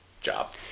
job